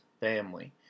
family